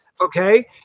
okay